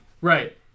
Right